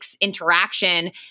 interaction